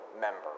member